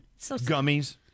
Gummies